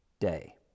day